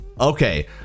okay